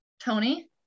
Tony